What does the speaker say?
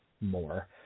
more